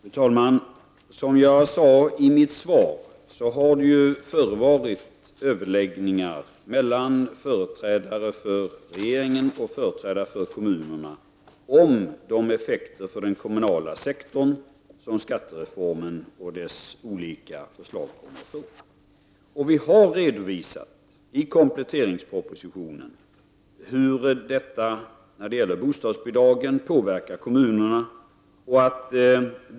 Fru talman! Som jag sade i mitt svar har det varit överläggningar mellan företrädare för regeringen och för kommunerna om de effekter för den kommunala sektorn som skattereformen och dess olika förslag kommer att få. Vi har i kompletteringspropositionen redovisat hur det påverkar kommunerna.